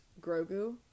Grogu